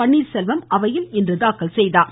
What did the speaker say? பன்னீர்செல்வம் அவையில் தாக்கல் செய்தார்